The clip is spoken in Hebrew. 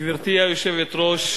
גברתי היושבת-ראש,